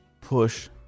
push